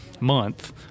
Month